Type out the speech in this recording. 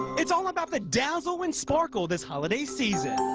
it's all about the dazzle and sparkle this holiday season.